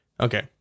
Okay